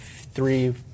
three